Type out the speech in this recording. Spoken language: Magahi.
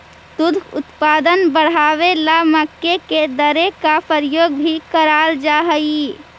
दुग्ध उत्पादन बढ़ावे ला मक्के के दर्रे का प्रयोग भी कराल जा हई